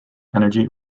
energy